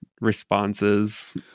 responses